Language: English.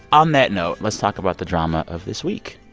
on that note, let's talk about the drama of this week.